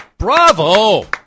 Bravo